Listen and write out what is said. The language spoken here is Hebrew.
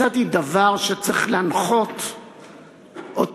מצאתי דבר שצריך להנחות אותנו,